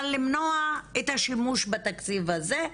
אבל למנוע את השימוש בתקציב הזה,